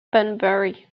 bunbury